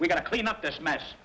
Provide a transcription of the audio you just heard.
we got to clean up this mess